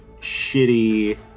shitty